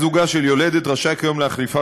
בן-זוגה של יולדת רשאי כיום להחליפה